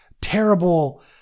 terrible